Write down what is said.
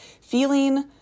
feeling